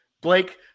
Blake